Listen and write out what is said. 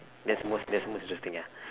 that's most that's most interesting ya